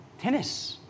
Tennis